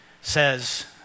says